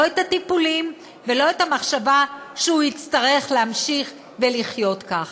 את הטיפולים ולא את המחשבה שהוא יצטרך להמשיך ולחיות כך.